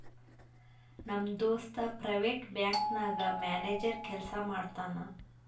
ನಮ್ ದೋಸ್ತ private bank ನಾಗ್ ಮ್ಯಾನೇಜರ್ ಕೆಲ್ಸಾ ಮಾಡ್ತಾನ್